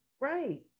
right